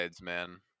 man